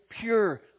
pure